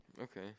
Okay